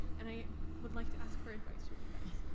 and i would like to ask for advice from you guys.